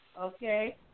okay